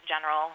general